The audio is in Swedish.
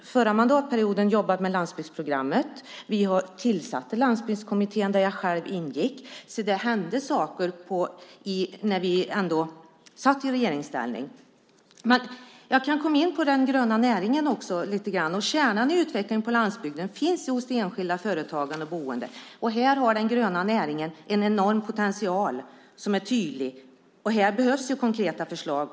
Förra mandatperioden jobbade vi med landsbygdsprogrammet. Vi tillsatte Landsbygdskommittén där jag själv ingick, så det hände ändå saker när vi var i regeringsställning. Jag kan också lite grann komma in på den gröna näringen. Kärnan i utvecklingen på landsbygden finns hos det enskilda företagandet och hos de boende. Här har den gröna näringen en enorm och tydlig potential, och här behövs det konkreta förslag.